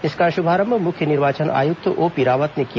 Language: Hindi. इसका श्भारंभ मुख्य निर्वाचन आयुक्त ओपी रावत ने किया